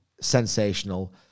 sensational